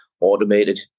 automated